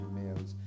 males